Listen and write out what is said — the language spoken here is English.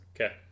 Okay